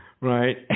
right